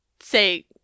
say